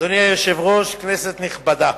אדוני היושב-ראש, כנסת נכבדה,